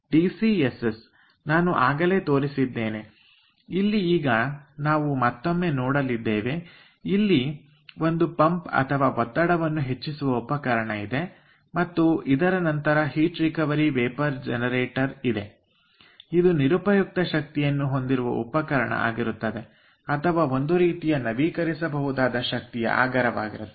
D C S S ನಾನು ಆಗಲೇ ತೋರಿಸಿದ್ದೇನೆ ಇಲ್ಲಿ ಈಗ ನಾವು ಮತ್ತೊಮ್ಮೆ ನೋಡಲಿದ್ದೇವೆ ಇಲ್ಲಿ ಒಂದು ಪಂಪ್ ಅಥವಾ ಒತ್ತಡವನ್ನು ಹೆಚ್ಚಿಸುವ ಉಪಕರಣ ಇದೆ ಮತ್ತು ಇದರ ನಂತರ heat recovery vapour generator H R V G ಇದೆ ಇದು ನಿರುಪಯುಕ್ತ ಶಕ್ತಿಯನ್ನು ಹೊಂದಿರುವ ಉಪಕರಣ ಆಗಿರುತ್ತದೆ ಅಥವಾ ಒಂದು ರೀತಿಯ ನವೀಕರಿಸಬಹುದಾದ ಶಕ್ತಿಯ ಆಗರವಾಗಿರುತ್ತದೆ